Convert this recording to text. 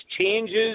changes